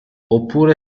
oppure